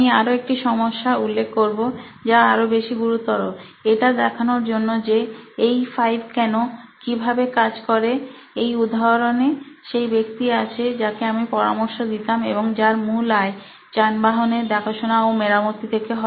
আমি আরও একটা সমস্যা উল্লেখ করব যা আরো বেশি গুরুতর এটা দেখানোর জন্য যে এই 5 কেন কিভাবে কাজ করে এই উদাহরণে সেই ব্যক্তি আছে যাকে আমি পরামর্শ দিতাম এবং যার মূল আয় যানবাহনের দেখাশোনা ও মেরামতি থেকে হয়